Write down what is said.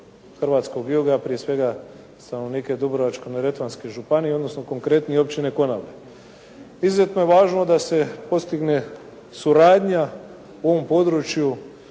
hrvatskog juga, prije svega stanovnike Dubrovačko-neretvanske županije odnosno konkretnije Općine Konavle. Izuzetno je važno da se postigne suradnja u ovom području